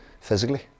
physically